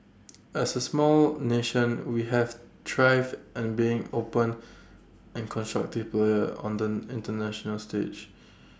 as A small nation we have thrived an being open and constructive player on the International stage